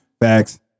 Facts